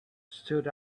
stood